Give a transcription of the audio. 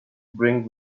bring